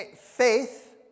faith